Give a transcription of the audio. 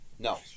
No